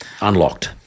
unlocked